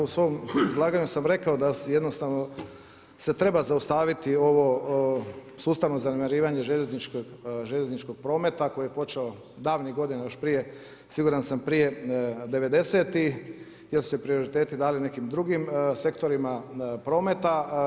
U svom izlaganju sam rekao, da jednostavno se treba zaustaviti ovo sustavno zanemarivanje željezničkog prometa koji je počeo davnih godina, još prije, siguran sam prije '90. jer su se prioriteti dali nekim drugim sektorima prometa.